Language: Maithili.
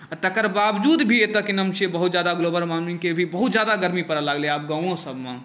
आ तकर बावजूद भी एतय की नाम छियै बहुत ज्यादा ग्लोबल वार्मिंगके भी बहुत ज्यादा गर्मी पड़य लगलै आब गाँवोसभमे